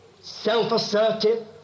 self-assertive